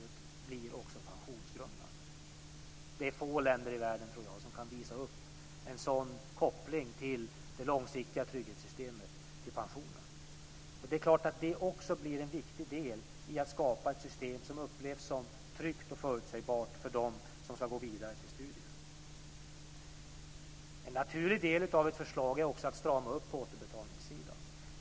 Jag tror att det är få länder i världen som kan visa upp en sådan koppling till det långsiktiga trygghetssystemet och pensionen. Det blir också en viktig del i att skapa ett system som upplevs som tryggt och förutsägbart för dem som ska gå vidare till studier.